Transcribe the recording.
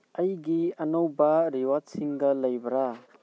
ꯑꯩꯒꯤ ꯑꯅꯧꯕ ꯔꯤꯋꯥꯔꯠꯁꯤꯡꯒ ꯂꯩꯕ꯭ꯔꯥ